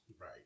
right